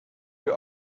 your